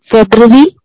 February